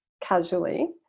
casually